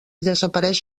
desapareix